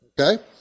okay